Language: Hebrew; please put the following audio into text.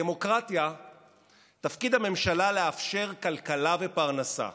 בדמוקרטיה תפקיד הממשלה הוא לאפשר כלכלה ופרנסה,